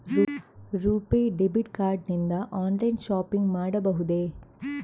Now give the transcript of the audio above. RuPay debit card ನಿಂದ online shopping ಮಾಡಬಹುದೇ?